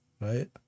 right